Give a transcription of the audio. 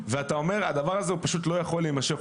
ואתה אומר שהדבר הזה פשוט לא יכול להימשך,